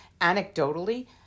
anecdotally